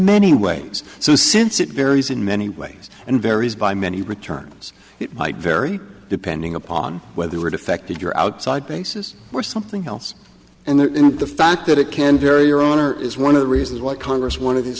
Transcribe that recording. many ways so since it varies in many ways and varies by many returns it might vary depending upon whether it affected your outside basis or something else and then the fact that it can vary your owner is one of the reasons why congress